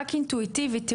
רק אינטואיטיבית,